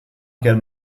gelten